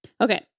Okay